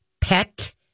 Pet